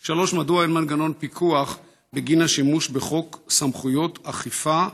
3. מדוע אין מנגנון פיקוח בגין השימוש בחוק סמכויות אכיפה,